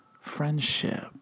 friendship